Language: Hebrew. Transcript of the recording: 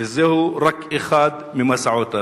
וזהו רק אחד ממסעותיו.